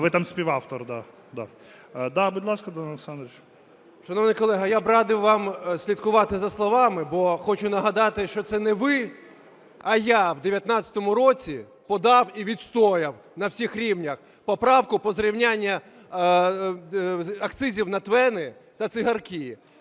ГЕТМАНЦЕВ Д.О. Шановні колеги, я б радив вам слідкувати за словами, бо хочу нагадати, що це не ви, а я в 19-му році подав і відстояв на всіх рівнях поправку по зрівнянню акцизів на ТВЕНи та цигарки.